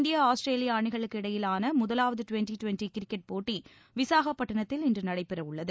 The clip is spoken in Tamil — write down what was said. இந்தியா ஆஸ்திரேலியா அணிகளுக்கு இடையேயான முதலாவது டுவெண்டி டுவெண்டி கிரிக்கெட் போட்டி விசாகப்பட்டினத்தில் இன்று நடைபெற உள்ளது